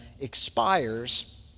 expires